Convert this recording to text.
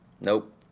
Nope